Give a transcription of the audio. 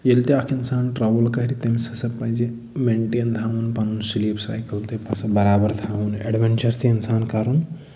ییٚلہِ تہِ اکھ اِنسان ٹرٛاوٕل کرِ تٔمِس ہسا پَزِ مٮ۪نٹینن تھاوُن پَنُن سِلیٖپ سایکَل تہِ پَتہٕ سُہ برابر تھاوُن اٮ۪ڈوٮ۪نچر تہِ اِنسان کَرُن